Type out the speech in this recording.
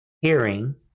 hearing